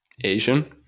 Asian